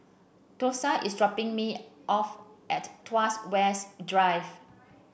Thursa is dropping me off at Tuas West Drive